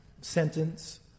sentence